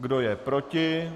Kdo je proti?